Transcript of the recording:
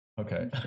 Okay